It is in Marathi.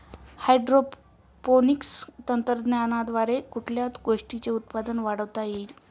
हायड्रोपोनिक्स तंत्रज्ञानाद्वारे कुठल्या गोष्टीचे उत्पादन वाढवता येईल?